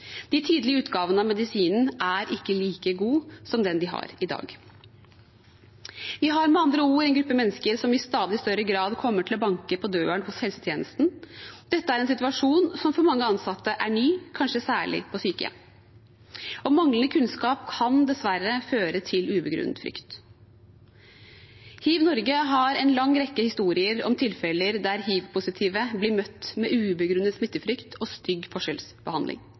De tidlige utgavene av medisinen var ikke like gode som dem de har i dag. Vi har med andre ord en gruppe mennesker som i stadig større grad kommer til å banke på døren hos helsetjenesten. Dette er en situasjon som for mange ansatte er ny, kanskje særlig på sykehjem, og manglende kunnskap kan dessverre føre til ubegrunnet frykt. HivNorge har en lang rekke historier om tilfeller der hivpositive blir møtt med ubegrunnet smittefrykt og stygg forskjellsbehandling.